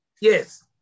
Yes